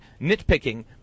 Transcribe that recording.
nitpicking